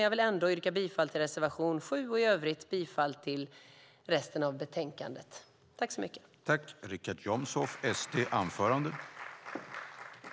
Jag yrkar bifall till reservation 7. I övrigt yrkar jag bifall till utskottets förslag. I detta anförande instämde Camilla Waltersson Grönvall .